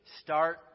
start